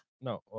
No